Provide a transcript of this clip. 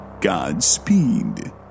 Godspeed